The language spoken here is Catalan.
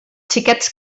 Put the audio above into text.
xiquets